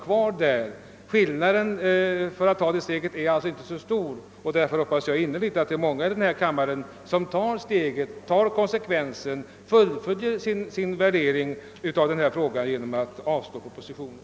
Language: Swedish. Skillnaden mellan dem som beslutat ta detta steg och dem som inte vill göra det är alltså inte så stor. Därför hoppas jag innerligt att många i denna kammare drar den konsekvensen av sin tveksamhet vid värderingarna i denna fråga att de röstar avslag på propositionen.